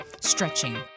stretching